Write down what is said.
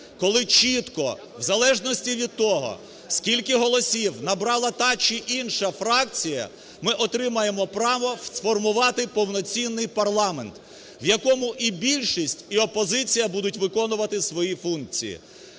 коли чітко, в залежності від того, скільки голосів набрала та чи інша фракція, ми отримаємо право сформувати повноцінний парламент, в якому і більшість, і опозиція будуть виконувати свої функції.